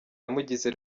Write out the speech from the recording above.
yamugize